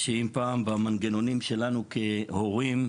שאם פעם במנגנונים שלנו כהורים,